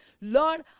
Lord